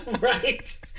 Right